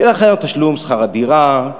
ואחרי תשלום שכר הדירה,